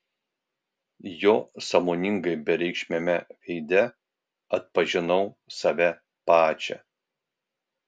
jo sąmoningai bereikšmiame veide atpažinau save pačią